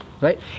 Right